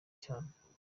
cyane